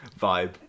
Vibe